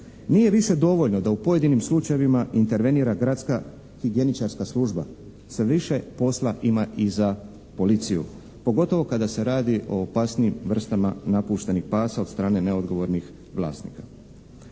Nije više dovoljno da u pojedinim slučajevima intervenira gradska higijeničarska služba, sve više posla ima i za policiju pogotovo kada se radi o opasnijim vrstama napuštenih pasa od strane neodgovornih vlasnika.